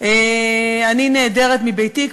אני נעדרת מביתי,